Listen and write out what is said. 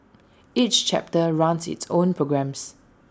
each chapter runs its own programmes